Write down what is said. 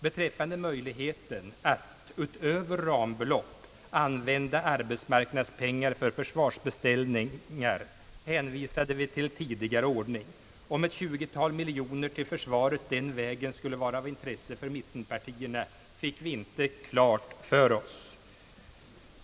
Beträffande möjligheten att utöver rambelopp använda arbetsmarknadspengar för försvarsbeställningar hänvisade vi till tidigare ordning. Om ett 20-tal miljoner till försvaret den vägen skulle vara av intresse för mittenpartierna fick vi inte klart för oss.